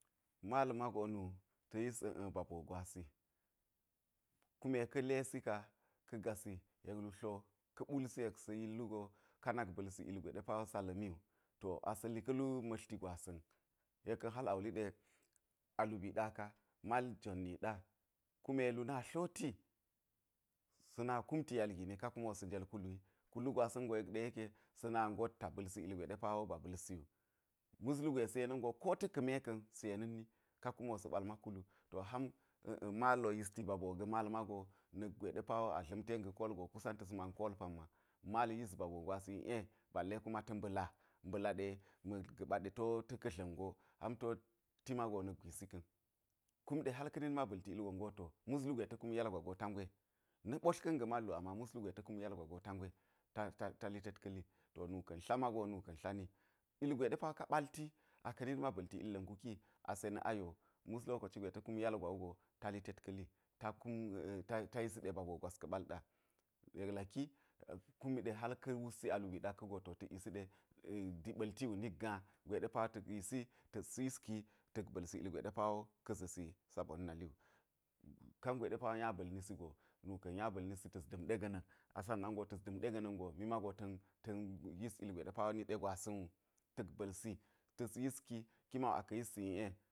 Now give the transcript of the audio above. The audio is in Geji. Mal mago nu ta̱ yis ba boo gwasi kume ka̱ lesi ka ka̱ gasi yek lu tlo ka̱ ɓulsi yek sa̱ yil wugo, ka nak ba̱lsi ilgwe ɗe pa wo sa la̱mi wu, to asa̱ li ka̱ lu ma̱tlti gwasa̱n yek ka̱n hal a wuli ɗe a lubii ɗa ka mal jon niɗa kume lu na tloti sa̱ na kumti yal gini ka kumo sa̱ jel kulu wi, kulu gwasa̱n go yek ɗe yeke sa̱ ngot ta ba̱lsi ilgwe ɗe pa wo ba ba̱lsi wu, mus lugwe sa̱ yena̱n go kota̱ ka̱ me ka̱n sa̱ yena̱nni ka kumo sa̱ ba̱l ma kulu to ham a̱a̱ mal wo yisti ba boo ga̱ mal mago na̱kgwe ɗe pa wo a dla̱m ten ga̱ kol go kusan ta̱s man kol pamma mal yis ba boo gwas i'e balle kuma ta̱ mba̱la, mba̱la ɗe ma̱ ga̱ɓa ɗe ti wo ta̱ ka̱dla̱n go ham ti wo ti mago na̱kgwisi ka̱n. kum ɗe hal ka̱ nitma ba̱lti ilgon go, to mus lugwe ta̱ kum yal gwa go ta ngwe, na̱ bɓotlka̱n ga̱ mal wu, ama mus lugwe ta̱ kum yal gwa go ta ngwe ta li tet ka̱ li, to nu ka̱n tla mago nu ka̱n tla ni ilgwe ɗe pa wo ka̱ ɓalti aka̱ nitm ba̱lti illa̱ nguki ase na̱ ayo wu mus lokoci ta̱ yal gwa wugo, ta li tet ka̱ li ta kum a̱a̱ ta yisi ɗe ba boo gwas ka̱ ɓal ɗa yek laki kum ɗe hal ka̱ wutsi a lubii ɗak ka̱ go ta̱k yisi aɗ a̱a̱ diɓa̱lti wu nik gaa gwe ɗe pa wo ta̱k yisi ta̱s yiski ta̱k ba̱lsi ilgwe ɗe pa wo ka̱ za̱si sbona̱ nali wu, kangwe ɗe pa wo nya ba̱lni si go nu ka̱n nya ba̱lni si ta̱s da̱m ɗe ga̱na̱n, a sannan go tya̱s da̱m ɗe ga̱na̱n go mi mago ta̱n ta̱n yis ilgwe ɗe pa wo niɗe gwasa̱n wu ta̱k ba̱lsi ta̱s yiski ki ma wu aka̱ yissi i'e.